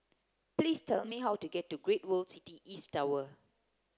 please tell me how to get to Great World City East Tower